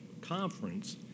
conference